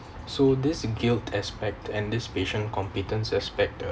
so this guilt aspect and this patient competence aspect the